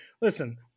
Listen